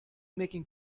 making